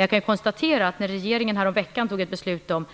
Jag kan dock konstatera att när vi i regeringen häromveckan fattade beslut om